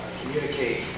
communicate